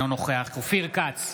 אינו נוכח אופיר כץ,